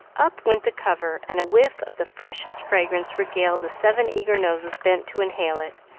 up went the cover, and a whiff of the freshest fragrance regaled the seven eager noses bent to inhale it,